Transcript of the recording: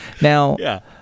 Now